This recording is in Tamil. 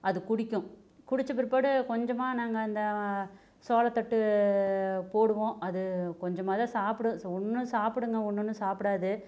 அது குடிக்கும் குடித்த பிற்பாடு கொஞ்சமாக நாங்கள் அந்த சோளத்தட்டு போடுவோம் அது கொஞ்சமாகதான் சாப்பிடும் ஒன்றும் சாப்பிடுங்க ஒன்னொன்று சாப்பிடாது